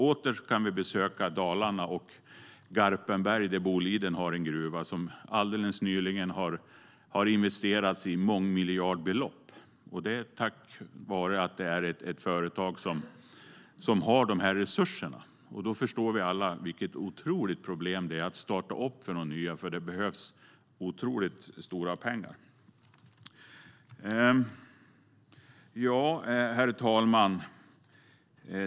Åter kan vi besöka Dalarna och Garpenberg, där Boliden har en gruva där man alldeles nyligen har investerat mångmiljardbelopp. Det är tack vare att det är ett företag som har de resurserna. Då förstår vi alla vilket otroligt problem det är att starta för nya, för det behövs otroligt stora pengar. Herr talman!